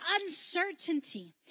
uncertainty